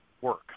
work